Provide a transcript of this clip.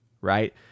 right